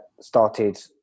started